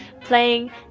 playing